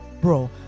Bro